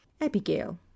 Abigail